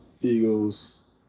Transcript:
Eagles